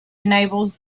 enables